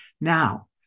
Now